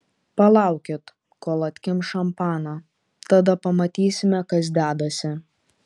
palaukit kol atkimš šampaną tada pamatysime kas dedasi